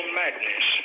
madness